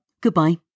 goodbye